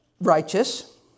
righteous